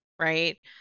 right